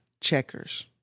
checkers